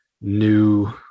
New